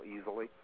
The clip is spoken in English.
easily